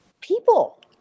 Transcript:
people